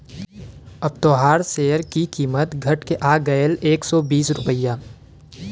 अब तोहार सेअर की कीमत घट के आ गएल एक सौ बीस रुपइया